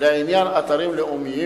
לעניין אתרים לאומיים,